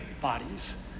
bodies